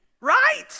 right